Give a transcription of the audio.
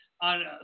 on